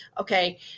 Okay